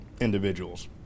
individuals